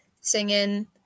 singing